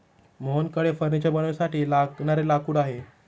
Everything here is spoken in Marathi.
मोहनकडे फर्निचर बनवण्यासाठी लागणारे लाकूड आहे